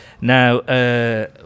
Now